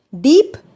Deep